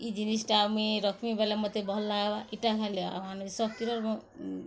ଇ ଜିନିଷ୍ ଟା ମୁଇଁ ରଖ୍ବି ବୋଲେ ମୋତେ ଭଲ୍ ଲାଲ୍ବା ଇଟା ହେଲେ ସବ୍ କିରର୍